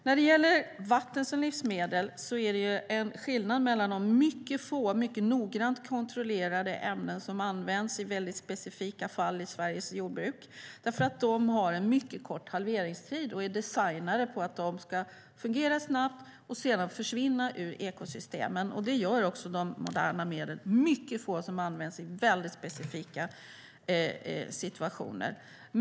När det gäller vatten som livsmedel är det skillnad om det gäller mycket få, mycket noggrant kontrollerade ämnen som används i specifika fall i Sveriges jordbruk, för de har en mycket kort halveringstid och är designade för att fungera snabbt och sedan försvinna ur ekosystemen. Det gör också de moderna medlen. Det är mycket få som används i väldigt specifika situationer.